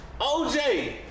OJ